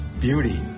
Beauty